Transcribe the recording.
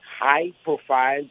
high-profile